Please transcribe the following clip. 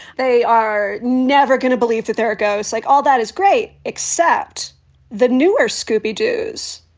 they are never going to believe that they're a ghost. like all that is great except the newer scooby dos.